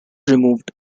removed